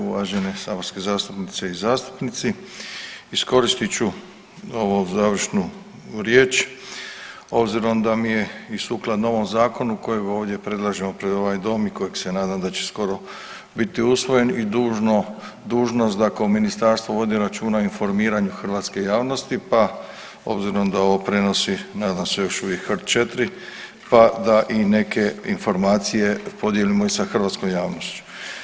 Uvažene saborske zastupnice i zastupnici iskoristit ću ovu završnu riječ s obzirom da mi je i sukladno ovom Zakonu kojeg ovdje predlažemo pred ovaj dom i kojeg se nadam da će skoro biti usvojen i dužnost da kao Ministarstvo vodi računa o informiranju hrvatske javnosti, pa s obzirom da ovo prenosi nadam se još uvijek HRT4 pa da i neke informacije podijelimo i sa hrvatskom javnošću.